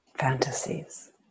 fantasies